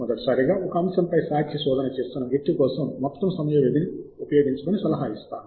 మొదటిసారిగా ఒక అంశంపై సాహిత్య శోధన చేస్తున్న వ్యక్తి కోసం మొత్తం సమయ వ్యవధిని ఉపయోగించమని సలహా ఇస్తాను